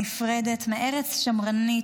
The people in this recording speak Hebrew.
הנפרדת מארץ שמרנית,